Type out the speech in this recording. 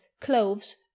cloves